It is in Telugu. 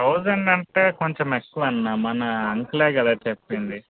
థౌసండ్ అంటే కొంచెం ఎక్కువ అన్న మన అంకుల్ కదా చెప్పింది